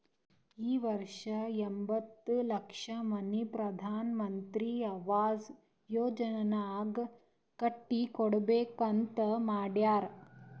ಈ ವರ್ಷ ಎಂಬತ್ತ್ ಲಕ್ಷ ಮನಿ ಪ್ರಧಾನ್ ಮಂತ್ರಿ ಅವಾಸ್ ಯೋಜನಾನಾಗ್ ಕಟ್ಟಿ ಕೊಡ್ಬೇಕ ಅಂತ್ ಮಾಡ್ಯಾರ್